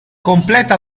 completa